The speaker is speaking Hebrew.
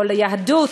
או ליהדות,